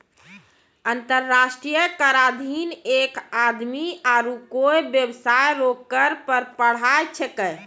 अंतर्राष्ट्रीय कराधीन एक आदमी आरू कोय बेबसाय रो कर पर पढ़ाय छैकै